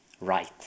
right